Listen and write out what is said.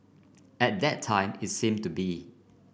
at that time it seemed to be